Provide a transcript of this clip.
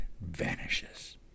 vanishes